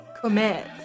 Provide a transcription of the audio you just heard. commit